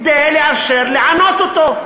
כדי לאפשר לענות אותו.